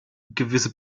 gewisse